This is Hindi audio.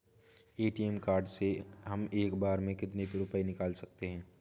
ए.टी.एम कार्ड से हम एक बार में कितने रुपये निकाल सकते हैं?